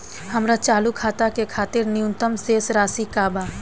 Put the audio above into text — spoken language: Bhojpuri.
हमार चालू खाता के खातिर न्यूनतम शेष राशि का बा?